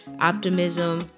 Optimism